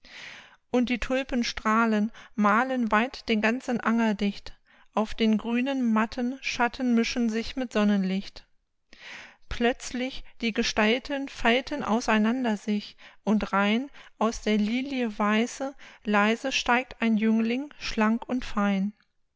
und die tulpen strahlen malen weit den ganzen anger dicht auf den grünen matten schatten mischen sich mit sonnenlicht plötzlich die gestalten falten aus einander sich und rein aus der lilie weiße leise steigt ein jüngling schlank und fein